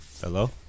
Hello